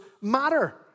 matter